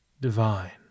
divine